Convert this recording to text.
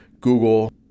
Google